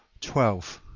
twelve.